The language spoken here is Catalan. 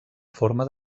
forma